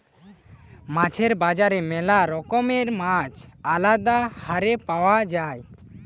মাছের বাজারে ম্যালা রকমের মাছ আলদা হারে পাওয়া যায়